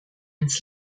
ins